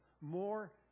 more